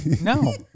No